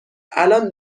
الان